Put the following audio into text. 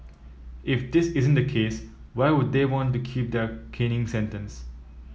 if this isn't the case why would they want to keep their caning sentence